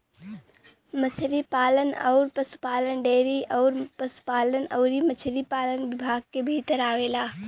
मछरी पालन अउर पसुपालन डेयरी अउर पसुपालन अउरी मछरी पालन विभाग के भीतर आवेला